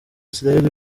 israel